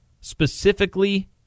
Specifically